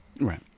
right